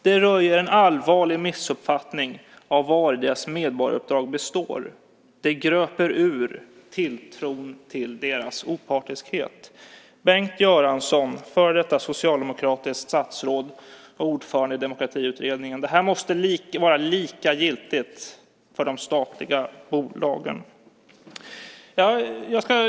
Det röjer en allvarlig missuppfattning av vari deras medborgaruppdrag består. Det urgröper tilltron till deras opartiskhet." Så säger alltså Bengt Göransson, före detta socialdemokratiskt statsråd och ordförande i Demokratiutredningen. Det här måste vara lika giltigt för de statliga bolagen.